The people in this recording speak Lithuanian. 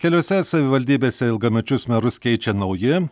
keliose savivaldybėse ilgamečius merus keičia nauji